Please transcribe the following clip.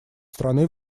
страны